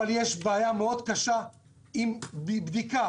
אבל יש בעיה מאוד קשה עם בדיקה.